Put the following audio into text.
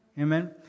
Amen